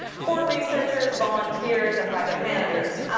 for researchers, volunteers, and project managers.